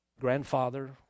grandfather